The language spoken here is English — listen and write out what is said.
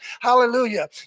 hallelujah